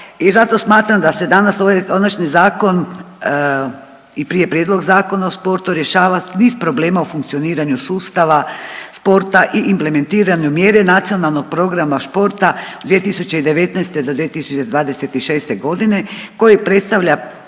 i zato smatram da se danas ovaj konačni zakon i prije prijedlog Zakona o sportu rješava s niz problema u funkcioniranju sustava sporta i implementiranju mjere nacionalnog programa športa 2019. do 2026. godine koji predstavlja